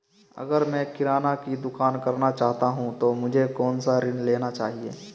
अगर मैं किराना की दुकान करना चाहता हूं तो मुझे कौनसा ऋण लेना चाहिए?